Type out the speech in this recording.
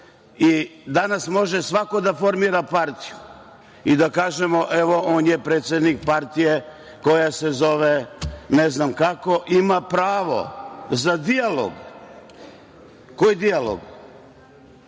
i danas može svako da formira partiju i da kažemo – evo, on je predsednik partije koja se zove ne znam kako, ima pravo za dijalog. Koji dijalog?